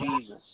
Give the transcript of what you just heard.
Jesus